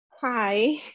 hi